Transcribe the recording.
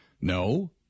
No